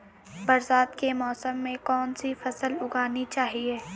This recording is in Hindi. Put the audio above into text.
बरसात के मौसम में कौन सी फसल उगानी चाहिए?